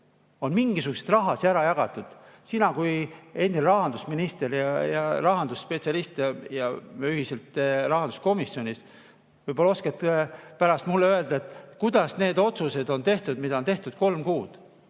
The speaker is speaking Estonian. on mingisuguseid rahasid ära jagatud. Sina kui endine rahandusminister ja rahandusspetsialist, me oleme koos rahanduskomisjonis, võib-olla oskad sa pärast mulle öelda, kuidas need otsused on tehtud, mida on tehtud kolm kuud.